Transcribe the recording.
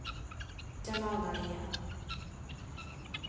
ᱪᱟᱞᱟᱣ ᱫᱟᱲᱮᱭᱟᱜᱼᱟ